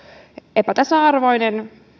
epätasa arvoinen